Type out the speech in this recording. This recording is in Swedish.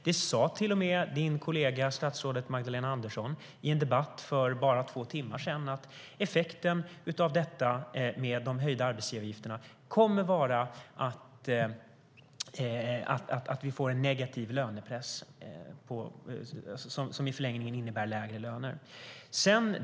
Det sa till och med din kollega statsrådet Magdalena Andersson i en debatt för bara två timmar sedan. Effekten av de höjda arbetsgivaravgifterna kommer att vara att vi får en negativ lönepress som i förlängningen innebär lägre löner.